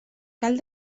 cal